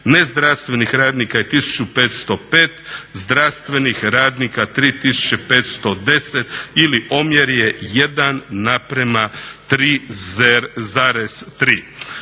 nezdravstvenih radnika je 1505, zdravstvenih radnika 3510 ili omjer je 1:3,3.